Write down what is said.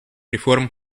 реформ